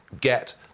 get